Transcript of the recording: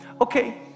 Okay